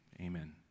Amen